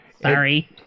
sorry